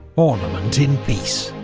ornament in peace,